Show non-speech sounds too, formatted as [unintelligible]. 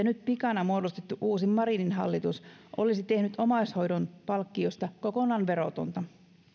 [unintelligible] nyt pikana muodostettu uusi marinin hallitus olisi tehnyt omaishoidon palkkiosta kokonaan verotonta